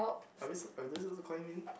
are we s~ are they suppossed to call him in